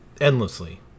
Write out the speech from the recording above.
endlessly